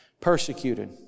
Persecuted